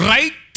Right